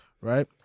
right